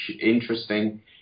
interesting